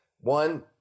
one